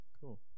Cool